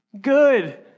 good